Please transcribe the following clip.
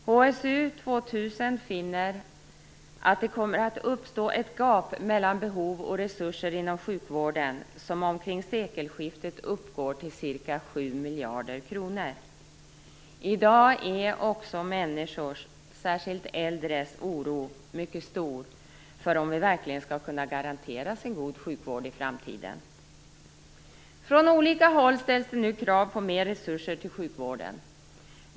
HSU 2000 finner att det kommer att uppstå ett gap mellan behov och resurser inom sjukvården som omkring sekelskiftet uppgår till ca 7 miljarder kronor. I dag är också människors, särskilt äldres, oro mycket stor för om vi verkligen skall kunna garanteras en god sjukvård i framtiden. Från olika håll ställs nu krav på mer resurser till sjukvården.